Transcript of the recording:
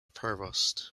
provost